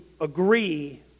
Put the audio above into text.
agree